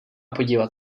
podívat